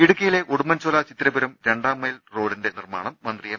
ഇടുക്കിയിലെ ഉടുമ്പൻചോല ചിത്തിരപുരം രണ്ടാംമൈൽ റോഡിന്റെ നിർമാണം മന്ത്രി എം